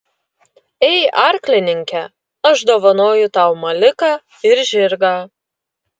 ei arklininke aš dovanoju tau maliką ir žirgą